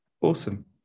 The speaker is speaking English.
awesome